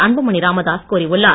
அன்புமணி ராமதாஸ் கூறியுள்ளார்